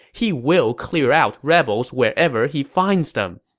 he will clear out rebels wherever he finds them.